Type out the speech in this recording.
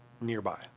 nearby